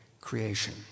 creation